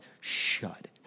shut